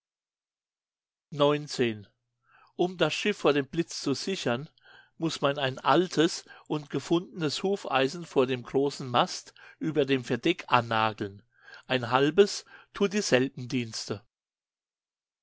um das schiff vor dem blitz zu sichern muß man ein altes und gefundenes hufeisen vor dem großen mast über dem verdeck annageln ein halbes thut dieselben dienste